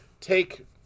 take